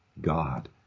God